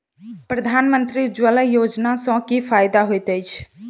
प्रधानमंत्री उज्जवला योजना सँ की फायदा होइत अछि?